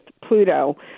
Pluto